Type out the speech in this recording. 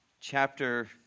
chapter